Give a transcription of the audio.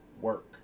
work